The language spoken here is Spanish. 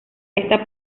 esta